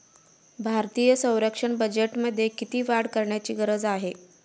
भारतीय संरक्षण बजेटमध्ये किती वाढ करण्याची गरज आहे?